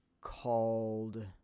called